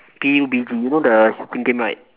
P_U_B_G you know the shooting game right